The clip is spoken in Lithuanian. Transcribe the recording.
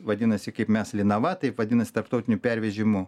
vadinasi kaip mes linava taip vadinas tarptautinių pervežimų